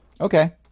okay